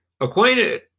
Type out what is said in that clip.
Acquainted